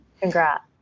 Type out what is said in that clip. Congrats